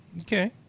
Okay